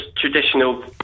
traditional